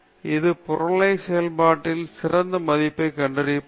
எனவே இது புறநிலை செயல்பாட்டின் சிறந்த மதிப்பைக் கண்டறியப் பயன்படுகிறது